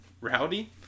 Rowdy